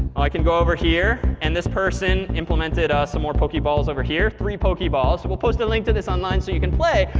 i can go over here. and this person implemented some more pokeballs over here three pokeballs. we'll post a link to this online so you can play.